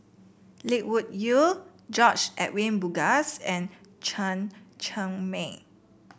Lee Wung Yew George Edwin Bogaars and Chen Cheng Mei